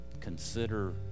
consider